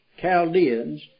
Chaldeans